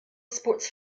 sports